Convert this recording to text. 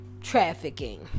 trafficking